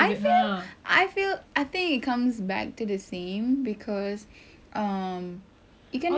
I feel I feel I think it comes back to this saying cause um you cannot have